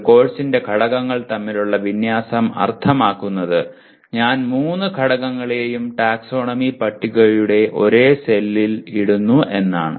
ഒരു കോഴ്സിന്റെ ഘടകങ്ങൾ തമ്മിലുള്ള വിന്യാസം അർത്ഥമാക്കുന്നത് ഞാൻ മൂന്ന് ഘടകങ്ങളെയും ടാക്സോണമി പട്ടികയുടെ ഒരേ സെല്ലിൽ ഇടുന്നു എന്നാണ്